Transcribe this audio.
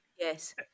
Yes